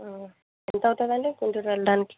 ఎంత అవుతుంది అండి గుంటూరు వెళ్ళడానికి